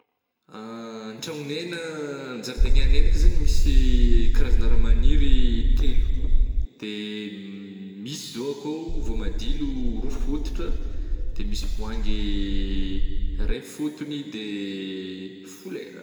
An-tragnonay na an-jaridaignanay ndraika zegny misy karazagna raha migniry telo de misy zao akao vômadilo ro fotitra de midy voangy ray fotogny de folera.